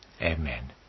Amen